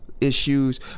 issues